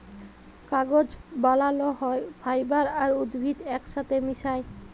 কাগজ বালাল হ্যয় ফাইবার আর উদ্ভিদ ইকসাথে মিশায়